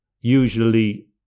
usually